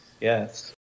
Yes